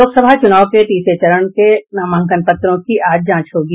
लोकसभा चुनाव के तीसरे चरण के नामांकन पत्रों की आज जांच होगी